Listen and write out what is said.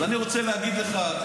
אז אני רוצה להגיד לך,